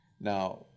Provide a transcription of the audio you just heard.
Now